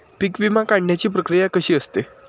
पीक विमा काढण्याची प्रक्रिया कशी असते?